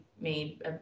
made